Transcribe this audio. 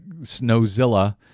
Snowzilla